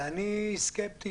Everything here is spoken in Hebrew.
אני סקפטי